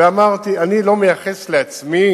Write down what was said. ואמרתי: אני לא מייחס לעצמי